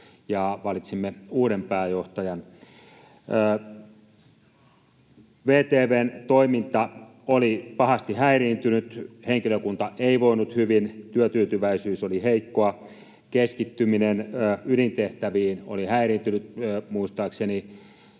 valitsimme uuden pääjohtajan. VTV:n toiminta oli pahasti häiriintynyt, henkilökunta ei voinut hyvin, työtyytyväisyys oli heikkoa, keskittyminen ydintehtäviin oli häiriintynyt. Muistaakseni